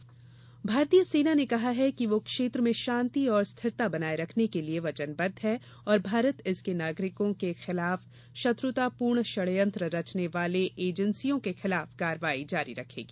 सेना बयान भारतीय सेना ने कहा है कि वह क्षेत्र में शांति और स्थिरता बनाये रखने के लिए वचनबद्ध है और भारत उसके नागरिकों के खिलाफ शत्रतापूर्ण षड्यंत्र रचने वाली एजेंसियों के खिलाफ कार्रवाई जारी रखेगी